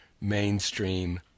mainstream